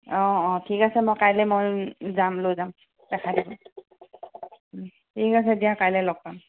অ' অ' ঠিক আছে মই কাইলৈ মই যাম লৈ যাম ঠিক আছে দিয়া কাইলৈ লগ পাম